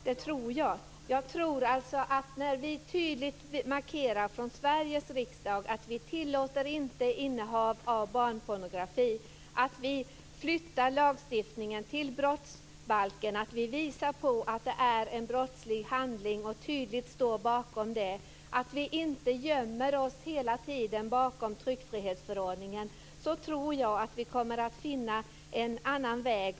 Fru talman! Ja, det tror jag. När vi tydligt från Sveriges riksdag markerar att vi inte tillåter innehav av barnpornografi, flyttar lagstiftningen till brottsbalken, visar att det är en brottslig handling och tydligt står bakom det och inte hela tiden gömmer oss bakom tryckfrihetsförordningen, tror jag att vi kommer att finna en annan väg.